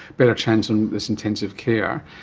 better chance and less intensive care.